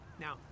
Now